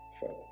further